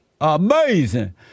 Amazing